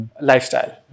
lifestyle